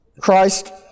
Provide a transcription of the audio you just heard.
Christ